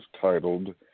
titled